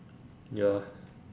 ya